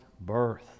birth